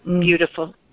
beautiful